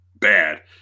bad